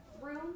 room